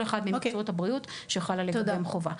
אחד ממקצועות הבריאות שחלה עליהם חובה.